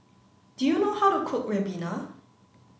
do you know how to cook ribena